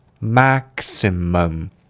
maximum